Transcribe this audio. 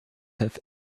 have